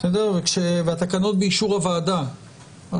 והתקנות הן באישור הוועדה.